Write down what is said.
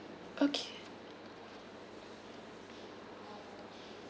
okay